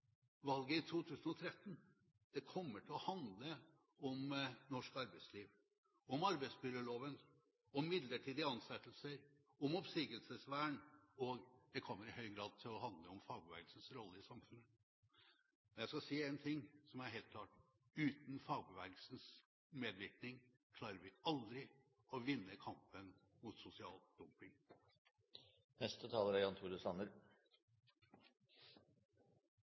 Valget i 2013 kommer til å handle om norsk arbeidsliv, om arbeidsmiljøloven, om midlertidige ansettelser, om oppsigelsesvern, og det kommer i høy grad til å handle om fagbevegelsens rolle i samfunnet. Jeg skal si én ting som er helt klart: Uten fagbevegelsens medvirkning klarer vi aldri å vinne kampen mot sosial